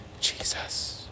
Jesus